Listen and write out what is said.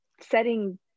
setting